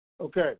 Okay